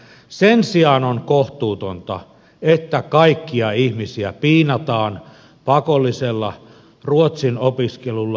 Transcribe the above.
sen sijaan on kohtuutonta että kaikkia ihmisiä piinataan pakollisella ruotsin opiskelulla